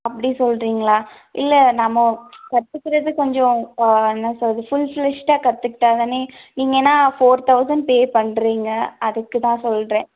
அப்படி சொல்றிங்களா இல்லை நம்ம கற்றுக்குறது கொஞ்சம் என்ன சொல்லறது ஃபுல் ஃப்லஜ்டாக கற்றுக்கிட்டா தானே நீங்கள் ஏன்னால் ஃபோர் தொளசண்ட் பே அதுக்கு தான் சொல்கிறேன்